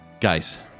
Guys